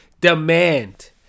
demand